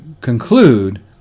conclude